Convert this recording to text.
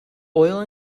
oil